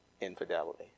infidelity